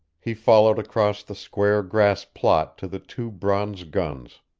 he followed across the square grass plot to the two bronze guns.